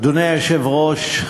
אדוני היושב-ראש,